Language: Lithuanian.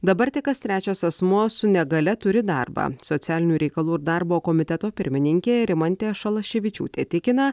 dabar tik kas trečias asmuo su negalia turi darbą socialinių reikalų ir darbo komiteto pirmininkė rimantė šalaševičiūtė tikina